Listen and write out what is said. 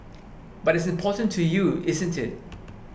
but it's important to you isn't it